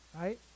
right